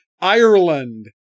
Ireland